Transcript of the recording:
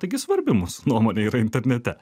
taigi svarbi mūsų nuomonė yra internete